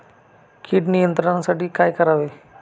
कीड नियंत्रणासाठी काय करावे?